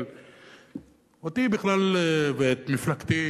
אבל אותי ואת מפלגתי,